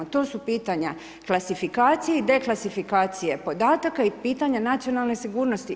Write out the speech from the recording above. To su pitanje klasifikacije i deklasifikacije podataka i pitanje nacionalne sigurnosti.